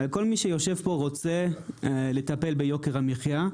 כל מי שיושב פה רוצה לטפל ביוקר המחיה,